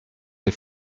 ses